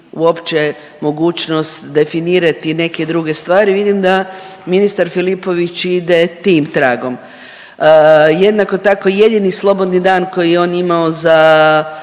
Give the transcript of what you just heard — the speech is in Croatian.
uopće mogućnost definirati neke druge stvari. Vidim da ministar Filipović ide tim tragom. Jednako tako jedini slobodni dan koji je on imao za